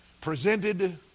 Presented